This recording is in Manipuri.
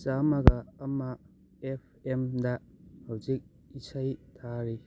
ꯆꯥꯃꯒ ꯑꯃ ꯑꯦꯐ ꯑꯦꯝꯗ ꯍꯧꯖꯤꯛ ꯍꯧꯖꯤꯛ ꯏꯁꯩ ꯊꯥꯔꯤ